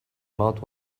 mouth